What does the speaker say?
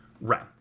Right